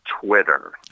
Twitter